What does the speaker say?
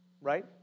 Right